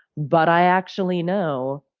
but i actually know,